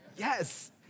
Yes